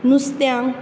नुसत्यांक